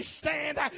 stand